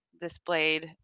displayed